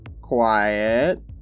quiet